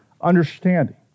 understanding